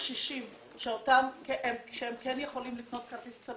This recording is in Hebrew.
הקשישים שכן יכולים לקנות כרטיס אצל